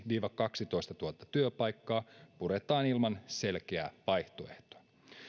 viiva kaksitoistatuhatta työpaikkaa puretaan ilman selkeää vaihtoehtoa